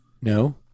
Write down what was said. No